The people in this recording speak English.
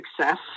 success